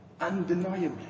undeniably